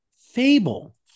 Fable